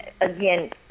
again